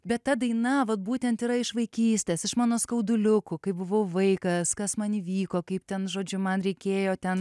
bet ta daina vat būtent yra iš vaikystės iš mano skauduliukų kai buvau vaikas kas man įvyko kaip ten žodžiu man reikėjo ten